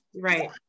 right